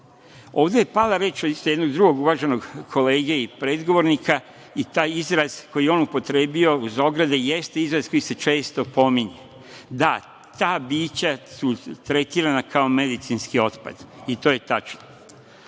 je pala reč od isto jednog drugog uvaženog kolege i predgovornika i taj izraz koji je on upotrebio uz ograde jeste izraz koji se često pominje, da ta bića su tretirana kao medicinski otpad i to je tačno.